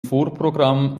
vorprogramm